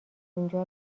اونجا